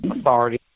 Authority